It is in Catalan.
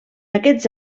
aquests